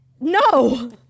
no